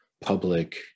public